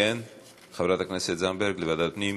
ועדת הפנים.